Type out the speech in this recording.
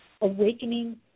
awakening